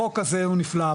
החוק הזה נפלא,